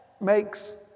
makes